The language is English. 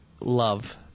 love